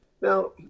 Now